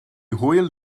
hwyl